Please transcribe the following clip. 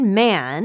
man